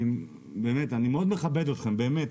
אני באמת מאוד מכבד אתכם, באמת.